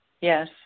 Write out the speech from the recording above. Yes